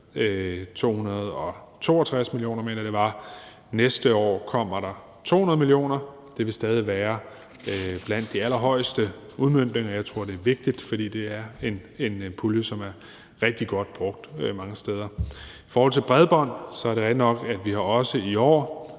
det var. Næste år kommer der 200 mio. kr., og det vil stadig være blandt de allerhøjeste udmøntninger, og jeg tror, det er vigtigt. For det er en pulje, som er rigtig godt brugt mange steder. I forhold til bredbånd er det rigtigt nok, at vi også i år